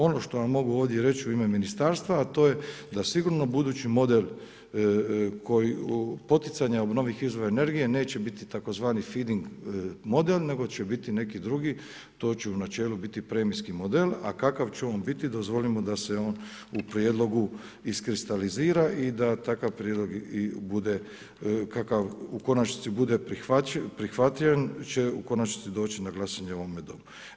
Ono što vam mogu ovdje reći u ime ministarstva a to je da sigurno budući model koji u poticanja obnovljivih izvora energije, neće biti tzv. feedeng model, nego će biti neki drugi, to će u načelu biti premijski model, a kakav će on biti, dozvolimo da se on u prijedlogu iskristalizira i da takav prijedlog bude kakav u konačnici bude prihvaćen, će u konačnici doći na glasanje u ovome Domu.